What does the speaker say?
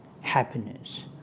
happiness